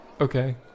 Okay